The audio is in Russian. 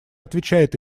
отвечает